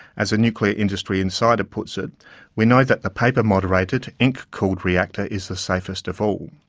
as a nuclear industry insider puts it we know that the paper-moderated, ink-cooled reactor is the safest of all.